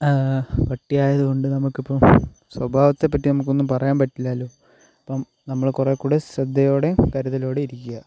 പട്ടി ആയതുകൊണ്ട് നമുക്ക് ഇപ്പം സ്വഭാവത്തെ പറ്റി നമുക്കൊന്നും പറയാൻ പറ്റില്ലാലോ അപ്പം നമ്മൾ കുറെക്കൂടെ ശ്രദ്ധയോടെയും കരുതലോടെയും ഇരിക്കുക